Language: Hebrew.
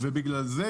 בגלל זה,